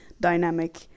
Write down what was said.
dynamic